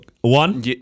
one